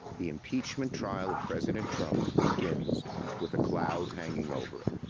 the impeachment trial of president trump begins with a cloud hanging over it.